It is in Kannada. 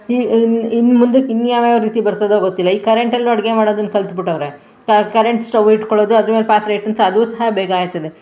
ಈ ಇನ್ನು ಇನ್ನು ಮುಂದಕ್ಕೆ ಇನ್ನು ಯಾವ್ಯಾವ ರೀತಿ ಬರ್ತದೋ ಗೊತ್ತಿಲ್ಲ ಈಗ ಕರೆಂಟಲ್ಲೂ ಅಡುಗೆ ಮಾಡೋದನ್ನ ಕಲ್ತು ಬಿಟ್ಟವ್ರೆ ತ ಕರೆಂಟ್ ಸ್ಟವ್ ಇಟ್ಕೊಳ್ಳೋದು ಅದ್ರ ಮೇಲೆ ಪಾತ್ರೆ ಇಟ್ರೂನು ಸಹ ಅದೂ ಸಹ ಬೇಗ ಆಯ್ತದೆ